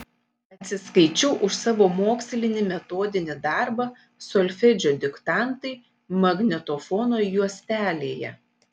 atsiskaičiau už savo mokslinį metodinį darbą solfedžio diktantai magnetofono juostelėje